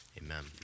Amen